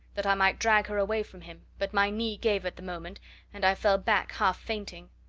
that i might drag her away from him, but my knee gave at the movement and i fell back half-fainting.